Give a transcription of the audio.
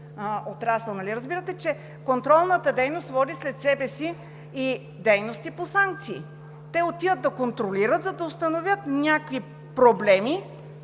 отрасъл! Нали разбирате, че контролната дейност води след себе си и дейности по санкции?! Те отиват да контролират, за да установят някакви проблеми,